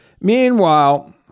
Meanwhile